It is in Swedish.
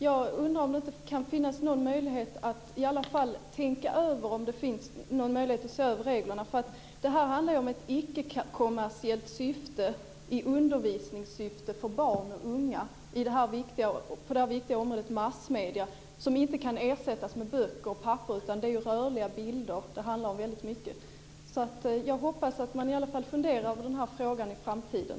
Jag undrar om det inte kan finnas någon möjlighet att tänka över detta och se över reglerna. Det handlar ju om ett icke kommersiellt syfte. Det ska användas i undervisningssyfte för barn och unga på det här viktiga området, dvs. massmedier. Det kan inte ersättas med böcker och papper. Det handlar ju väldigt mycket om rörliga bilder. Jag hoppas att man i alla fall funderar på den här frågan i framtiden.